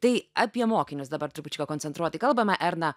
tai apie mokinius dabar trupučiuką koncentruotai kalbame erna